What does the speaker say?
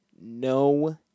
no